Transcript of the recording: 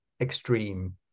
extreme